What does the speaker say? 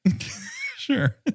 Sure